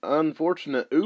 unfortunate